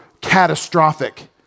catastrophic